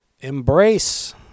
Embrace